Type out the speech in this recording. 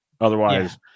Otherwise